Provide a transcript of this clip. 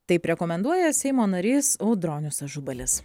taip rekomenduoja seimo narys audronius ažubalis